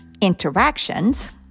interactions